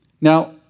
now